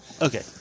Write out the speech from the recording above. Okay